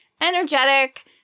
energetic